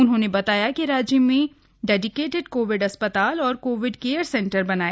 उन्होंने बताया कि राज्य में डेडिकेटेड कोविड अस्पताल और कोविड केयर सेंटर बनाए